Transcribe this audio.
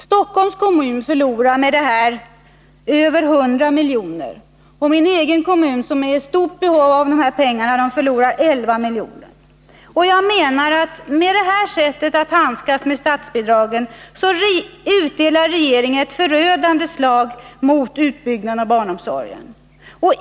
Stockholms kommun förlorar med detta statsbidragssystem över 100 milj.kr., och min egen kommun, som är i stort behov av de här pengarna, förlorar 11 milj.kr. Jag menar att detta sätt att handskas med statsbidragen innebär att regeringen utdelar ett förödande slag mot utbyggnaden av barnomsorgen.